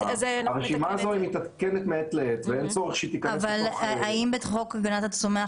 הרשימה הזאת מתעדכנת מעת לעת ואין צורך --- אבל האם בחוק הגנת הצומח,